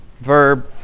verb